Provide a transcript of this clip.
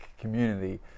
community